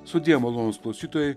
sudie malonūs klausytojai